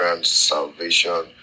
salvation